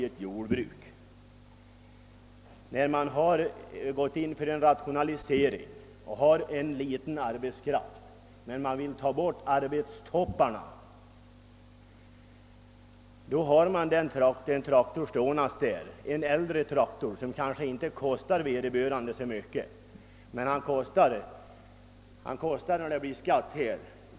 En jordbrukare som i dessa rationaliseringens tider endast har en liten arbetsstyrka har en äldre traktor stående som reserv för att kapa arbetstopparna. Den kostar honom inte mycket, men den kommer att göra det om ifrågavarande skatt införs.